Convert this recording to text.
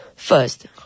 First